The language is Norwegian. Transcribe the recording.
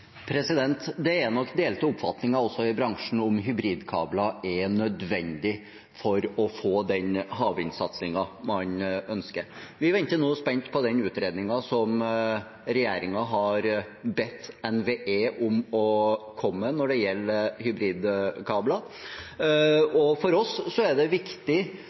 Det er nok delte oppfatninger også i bransjen om hybridkabler er nødvendig for å få den havvindsatsingen man ønsker. Vi venter nå spent på den utredningen som regjeringen har bedt NVE om å komme med når det gjelder hybridkabler. For oss er det viktig